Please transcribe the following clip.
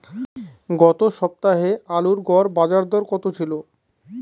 গত সপ্তাহে আলুর গড় বাজারদর কত ছিল?